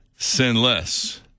sinless